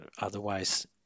otherwise